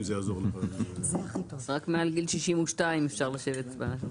וחזרנו אליו בשבוע האחרון